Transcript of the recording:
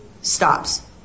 stops